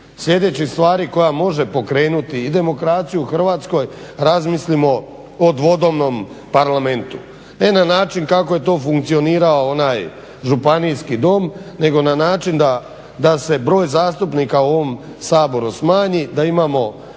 sljedećih stvari koja može pokrenuti i demokraciju u Hrvatskoj, razmislimo o dvodomnom Parlamentu. Ne na način kako je to funkcionirao onaj Županijski dom, nego na način da se broj zastupnika u ovom Saboru smanji, da imamo